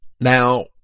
Now